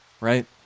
right